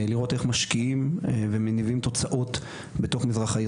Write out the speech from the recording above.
לראות איך משקיעים ומניבים תוצאות בתוך מזרח העיר.